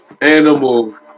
animal